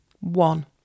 One